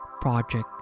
Project